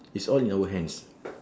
it's all in our hands